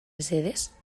mesedez